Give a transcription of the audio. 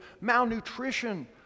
malnutrition